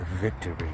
victory